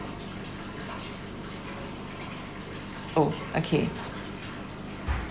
oh okay